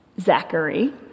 Zachary